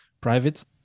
private